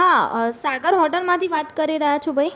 હા સાગર હોટલમાંથી વાત કરી રહ્યા છો ભાઈ